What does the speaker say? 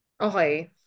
Okay